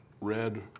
red